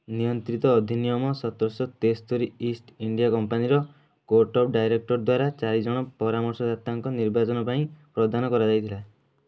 ନିୟନ୍ତ୍ରିତ ଅଧିନିୟମ ସତରଶହ ତେସ୍ତୁରି ଇଷ୍ଟ୍ ଇଣ୍ଡିଆ କମ୍ପାନୀର କୋର୍ଟ ଅଫ୍ ଡାଇରେକ୍ଟର୍ ଦ୍ୱାରା ଚାରି ଜଣ ପରାମର୍ଶଦାତାଙ୍କ ନିର୍ବାଚନ ପାଇଁ ପ୍ରଦାନ କରାଯାଇଥିଲା